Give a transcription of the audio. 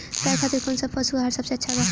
गाय खातिर कउन सा पशु आहार सबसे अच्छा बा?